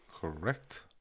correct